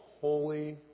holy